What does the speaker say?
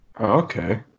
Okay